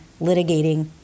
litigating